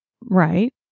right